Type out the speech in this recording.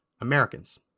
Americans